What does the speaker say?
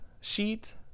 sheet